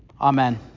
Amen